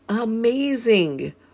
amazing